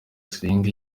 zirenga